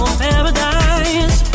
paradise